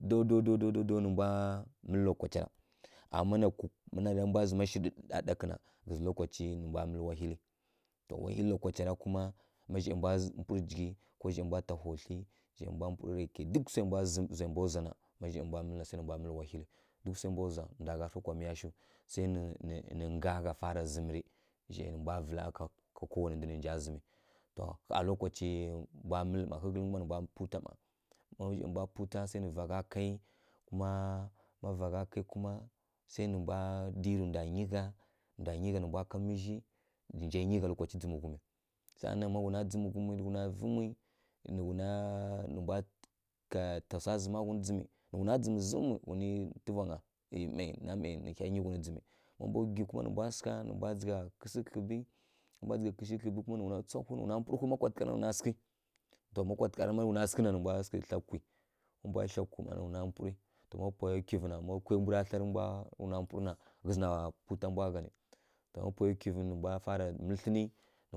Daw daw daw daw daw nǝ mbwa mǝlǝ lokwacara. Ama ma narǝ mbwa zǝma shirǝ ɗaɗakǝ na ghǝzǝ lokaci nǝ mbwa mǝlǝ wahilǝ. To wahilǝ lokacira ra kuma má zhai mbwa pulǝ jighǝ ko zhai mbwa ta hodlyi zhai mbwa purǝ raikai dukǝ swai mbwa zǝm zhai mbwa ndzwa na ma zhai mbwa mǝlǝ na sai nǝ mbwa mǝlǝ wahilǝ. Dukǝ swai mbwa ndzwa ndwa gha fǝ kwa miya shiw sai nǝ ngha gha fara zǝmǝrǝ zhai mbwa vǝla ká kowanai ndu nǝ mbwa zǝmǝ. To ƙha lokacia mbwa mǝlǝ mma, ghǝghǝlǝn má nǝ mbwa pupu twa mma. Ma zhai mbwa pu twa sai nǝ va gha kai má va gha kuma sai nǝ mbwa dǝyirǝ mbwa nyi gha mbwa nyi gha nǝ nja ka mǝzhi nǝ nja nyi gha lokaci dzǝm ghumi saˈa nan ma nuwa dzǝm ghumǝ saá nan má nuwa dzǝm ghumǝ nǝ nuwa vǝ mu nǝ mbwa ta swa zǝma ghun dzǝm nǝ ghuna dzǝm zǝmǝ muyi ghunǝ ntuvanga ˈyi mai namai nǝ hya nyi ghun dzǝm má mbwa gwi kuma nǝ mbwa sǝgha nǝ mbwa dzǝgha kǝsǝ kǝdlyiɓǝ ma mbwa gwi kǝsǝ kǝdlyiɓǝ kuma nǝ mbwa tswahwi nǝ mbwa purǝhwi ma kwatǝgharǝ na nǝ ghuna sǝghǝ gam ma kwatǝgharǝ na nǝ mbwa sǝghǝ na ghuna sǝghǝ thla kwi nǝ ghuna purǝ ma paya kwivǝ na kwai mbura thla rǝ mbwa purǝ na ghǝzǝ na pu twa mbwa gha nǝ ma puya gwivǝ nǝ fara nǝ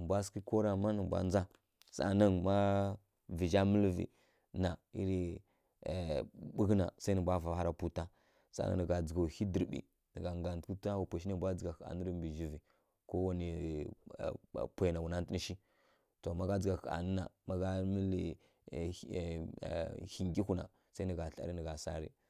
mbwa sǝghǝ ko bama nǝ mbwa ndza saˈa nan má vǝzha mǝlǝvǝ na irǝ ɓughǝ na sai mbwa gha fara pu twa saˈa nan nǝ gha dzǝgh whyi ɗǝrǝɓǝ nǝ gha nggantǝghǝ twa wa pai shi nai mbwa dzǝgha hanǝ rǝ mbǝ zhivǝ to magha dzǝgha hanǝ na ma gha mǝlǝ nggyihu na sai nǝ gha thlarǝ nǝ gha sarǝ.